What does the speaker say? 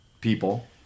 people